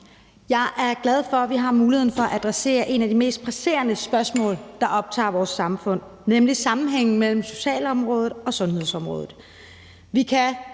Jeg er glad for, at vi har muligheden for at adressere et af de mest presserende spørgsmål, der optager vores samfund, nemlig sammenhængen mellem socialområdet og sundhedsområdet.